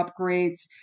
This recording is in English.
upgrades